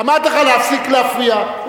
אמרתי לך להפסיק להפריע.